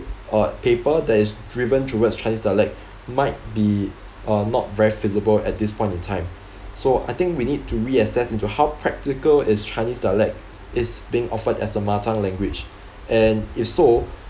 uh paper that is driven towards chinese dialect might be uh not very feasible at this point in time so I think we need to reassess into how practical is chinese dialect is being offered as a mother tongue language and if so